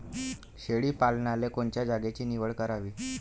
शेळी पालनाले कोनच्या जागेची निवड करावी?